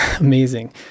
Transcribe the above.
amazing